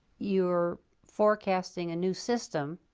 you're forecasting a new system